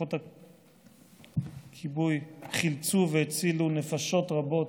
כוחות הכיבוי, שחילצו והצילו נפשות רבות